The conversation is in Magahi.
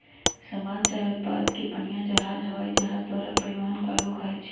समान चाहे उत्पादों के पनीया जहाज चाहे हवाइ जहाज द्वारा परिवहन कार्गो कहाई छइ